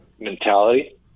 mentality